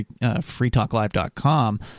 freetalklive.com